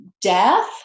death